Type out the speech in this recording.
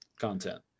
content